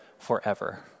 forever